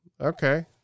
okay